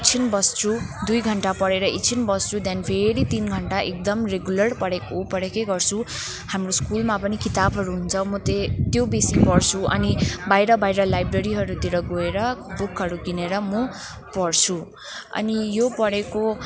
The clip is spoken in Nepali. एकछिन बस्छु दुई घन्टा पढेर एकछिन बस्छु त्यहाँदेखि फेरि तिन घन्टा एकदम रेगुलर पढेको पढेकै गर्छु हाम्रो स्कुलमा पनि किताबहरू हुन्छ म त्यही त्यो बेसी पढ्सु अनि बाहिर बाहिर लाइब्रेरीहरूतिर गएर बुकहरू किनेर म पढ्सु अनि यो पढेको